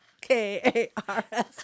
K-A-R-S